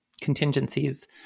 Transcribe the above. contingencies